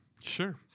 Sure